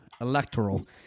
electoral